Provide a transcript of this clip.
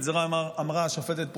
את זה אמרה השופטת פרוקצ'יה,